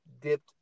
dipped